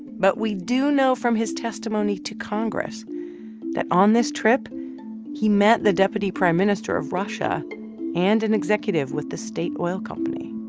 but we do know from his testimony to congress that on this trip he met the deputy prime minister of russia and an executive with the state oil company.